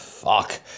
Fuck